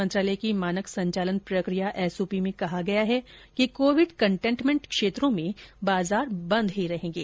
मंत्रालय की मानक संचालक प्रक्रिया में कहा गया है कि कोविड कंटेनमेंट क्षेत्रों में बाजार बंद ही रहेंगे